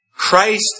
Christ